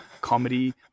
comedy